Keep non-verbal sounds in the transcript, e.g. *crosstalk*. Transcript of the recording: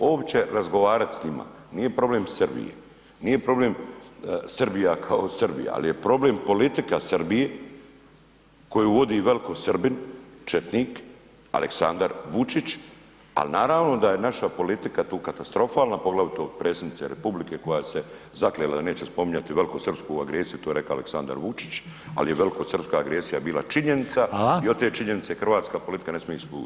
Uopće razgovarati s njima, nije problem Srbije, nije problem Srbija kao Srbija ali je problem politika Srbije koju vodi veliko Srbin, četnik, Aleksandar Vučić ali naravno da je naša politika tu katastrofalna, poglavito predsjednice Republike koja se zaklela da neće spominjati velikosrpsku agresiju, to je rekao Aleksandar Vučić ali je velikosrpska agresija bila činjenica i od te činjenice hrvatska politika ne smije ... *unintelligible* Hvala lijepo.